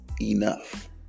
enough